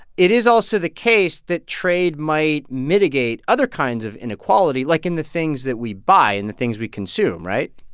it is also the case that trade might mitigate other kinds of inequality, like in the things that we buy and the things we consume. right?